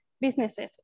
businesses